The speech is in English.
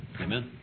Amen